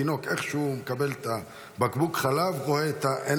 איך שהתינוק מקבל את בקבוק החלב רואה את "אין